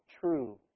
true